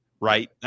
right